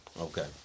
Okay